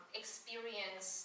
experience